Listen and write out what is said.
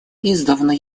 издавна